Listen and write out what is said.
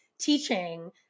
teaching